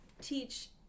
teach